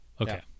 Okay